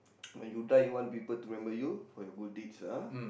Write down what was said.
when you die you want people to remember you for your good deeds ah